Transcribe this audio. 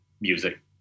music